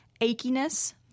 achiness